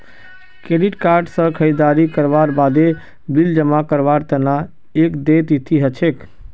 credit card स खरीददारी करवार बादे बिल जमा करवार तना एक देय तिथि ह छेक